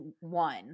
one